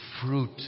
fruit